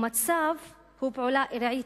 ומצב הוא פעולה ארעית,